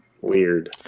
Weird